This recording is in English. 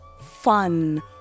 fun